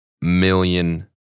million